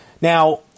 Now